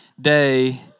Day